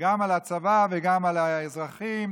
גם על הצבא וגם על האזרחים,